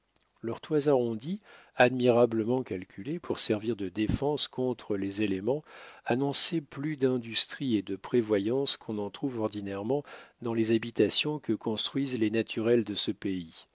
leurs toits arrondis admirablement calculés pour servir de défense contre les éléments annonçaient plus d'industrie et de prévoyance qu'on n'en trouve ordinairement dans les habitations que construisent les naturels de ce pays